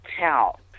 tell